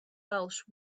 welsh